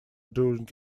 during